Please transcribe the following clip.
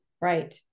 Right